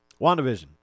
WandaVision